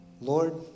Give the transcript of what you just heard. Lord